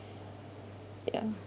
ya